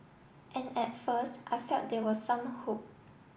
and at first I felt there was some hope